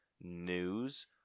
News